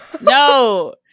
No